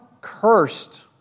cursed